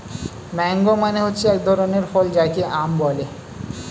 mango মানে হচ্ছে এক ধরনের ফল যাকে আম বলে